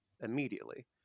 immediately